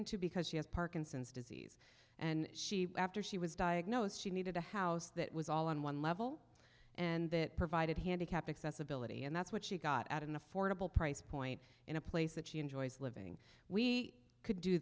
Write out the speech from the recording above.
into because she has parkinson's disease and she after she was diagnosed she needed a house that was all on one level and that provided handicapped accessibility and that's what she got at an affordable price point in a place that she enjoys living we could do